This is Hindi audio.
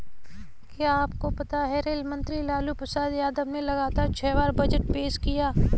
क्या आपको पता है रेल मंत्री लालू प्रसाद यादव ने लगातार छह बार बजट पेश किया?